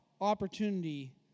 opportunity